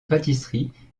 pâtisserie